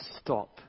stop